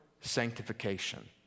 sanctification